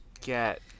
get